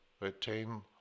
retain